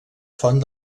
font